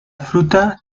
fruta